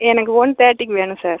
எனக்கு ஒன் தேர்ட்டிக்கு வேணும் சார்